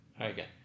Okay